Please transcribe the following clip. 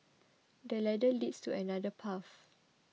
the ladder leads to another path